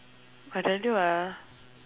I tell you ah